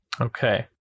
Okay